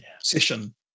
session